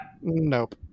nope